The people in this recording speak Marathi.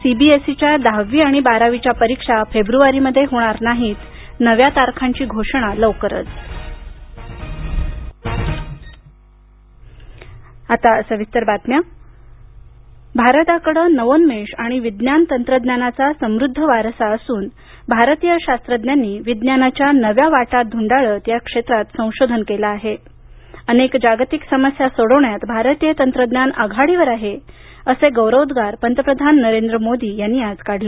सीबीएसईच्या दहावी आणि बारावीच्या परीक्षा फेब्रवारीमध्ये होणार नाहीत नव्या तारखांची घोषणा लवकरच मोदी आयआयएसएफ भारताकडे नावोन्मेश आणि विज्ञान तंत्रज्ञानाचा समृद्ध वारसा असून भारतीय शास्त्रज्ञांनी विज्ञानाच्या नव्या वाटा धुंडाळत या क्षेत्रात संशोधन केलं आहे अनेक जागतिक समस्या सोडवण्यात भारतीय तंत्रज्ञान आघाडीवर आहे असे गौरवोद्वार पंतप्रधान नरेंद्र मोदी यांनी आज काढले